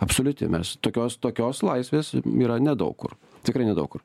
absoliuti mes tokios tokios laisvės yra nedaug kur tikrai nedaug kur